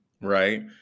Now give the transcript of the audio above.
right